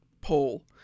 poll